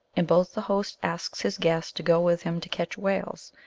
in both the host asks his guest to go with him to catch whales,